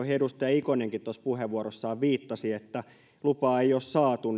edustaja ikonenkin puheenvuorossaan viittasi että lupaa ei ole saatu